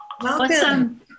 Welcome